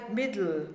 middle